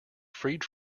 freed